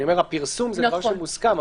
הפרסום זה דבר שמוסכם,